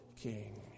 King